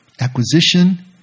Acquisition